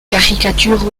caricatures